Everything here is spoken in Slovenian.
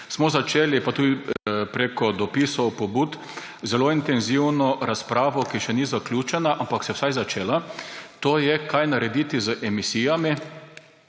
tako naprej – pa tudi prek dopisov, pobud smo začeli zelo intenzivno razpravo, ki še ni zaključena, ampak se je vsaj začela, to je, kaj narediti z emisijami